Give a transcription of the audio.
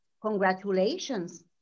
congratulations